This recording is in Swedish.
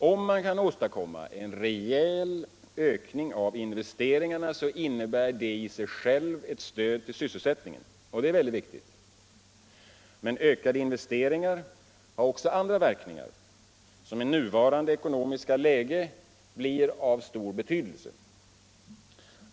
Om man kan åstadkomma en rejäl ökning av investeringarna innebär detta i sig självt ett stöd för sysselsättningen, och det är viktigt. Men ökade investeringar har också andra verkningar, som i nuvarande ekonomiska läge blir av stor betydelse.